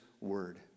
word